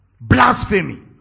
blasphemy